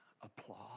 applause